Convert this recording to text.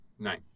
Nine